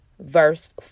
verse